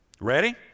Ready